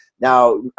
Now